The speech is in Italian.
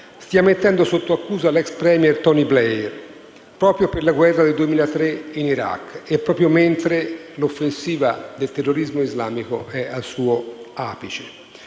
sta mettendo sotto accusa l'ex *premier* Tony Blair proprio per la guerra del 2003 in Iraq e proprio mentre l'offensiva del terrorismo islamico è al suo apice.